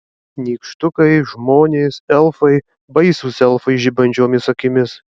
nykštukai žmonės elfai baisūs elfai žibančiomis akimis